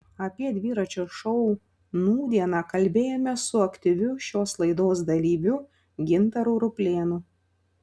apie dviračio šou nūdieną kalbėjomės su aktyviu šios laidos dalyviu gintaru ruplėnu